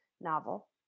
novel